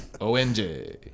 O-N-J